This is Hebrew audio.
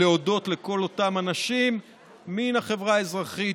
להודות לכל אותם אנשים מן החברה האזרחית